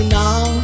now